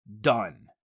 Done